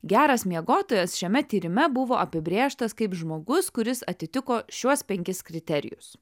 geras miegotojas šiame tyrime buvo apibrėžtas kaip žmogus kuris atitiko šiuos penkis kriterijus